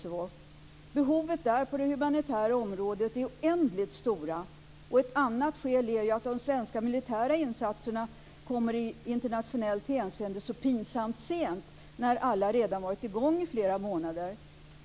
Behovet där på det humanitära området är oändligt stort. Ett annat skäl är att de svenska militära insatserna i internationellt hänseende kommer så pinsamt sent, när alla redan varit i gång i flera månader.